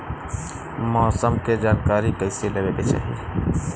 मौसम के जानकारी कईसे लेवे के चाही?